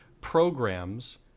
programs